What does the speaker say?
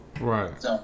Right